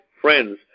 friends